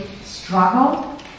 struggle